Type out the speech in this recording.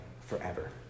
forever